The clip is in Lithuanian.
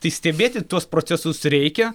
tai stebėti tuos procesus reikia